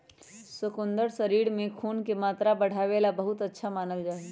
शकुन्दर शरीर में खून के मात्रा बढ़ावे ला बहुत अच्छा मानल जाहई